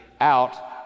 out